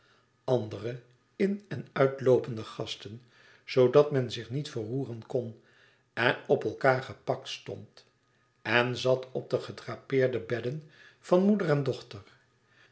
andere in en uitloopende gasten zoodat men zich niet verroeren kon en op elkaâr gepakt stond en zat op de gedrapeerde bedden van moeder en dochter